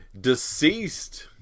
Deceased